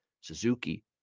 Suzuki